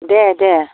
दे दे